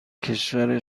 کشور